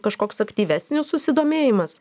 kažkoks aktyvesnis susidomėjimas